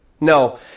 No